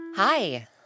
Hi